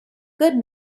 good